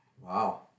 Wow